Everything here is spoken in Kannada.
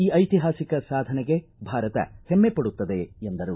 ಈ ಐತಿಹಾಸಿಕ ಸಾಧನೆಗೆ ಭಾರತ ಹೆಮ್ನೆ ಪಡುತ್ತದೆ ಎಂದರು